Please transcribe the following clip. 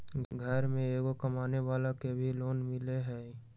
घर में एगो कमानेवाला के भी लोन मिलहई?